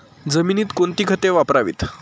जमिनीत कोणती खते वापरावीत?